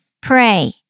pray